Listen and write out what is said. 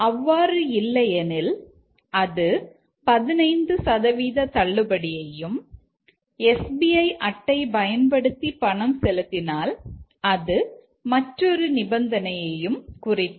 அவ்வாறு இல்லையெனில் அது 15 சதவீத தள்ளுபடியையும் எஸ்பிஐ அட்டை பயன்படுத்தி பணம் செலுத்தினால் அது மற்றொரு நிபந்தனையையும் குறிக்கும்